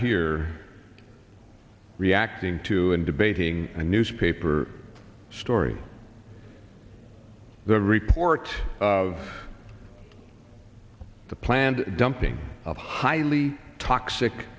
here reacting to and debating a newspaper story the report of the planned dumping of highly toxic